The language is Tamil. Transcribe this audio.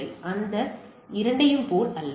அது அந்த இரண்டையும் போல அல்ல